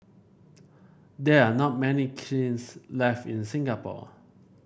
there are not many kilns left in Singapore